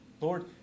Lord